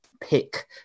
pick